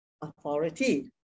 authority